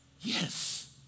yes